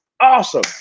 Awesome